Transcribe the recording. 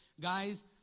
Guys